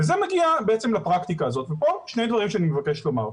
זה מגיע בעצם לפרקטיקה הזאת ופה שני דברים שאני מבקש לומר.